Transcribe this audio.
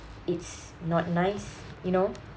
it's not nice you know